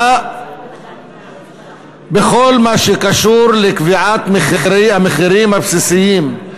בכל מה שקשור לקביעת המחירים הבסיסיים,